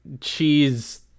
cheese